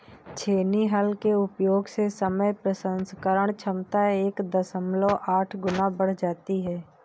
छेनी हल के उपयोग से समय प्रसंस्करण क्षमता एक दशमलव आठ गुना बढ़ जाती है